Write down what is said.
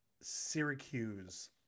Syracuse